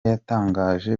yatangaje